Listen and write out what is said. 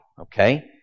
okay